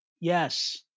Yes